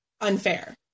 unfair